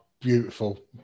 beautiful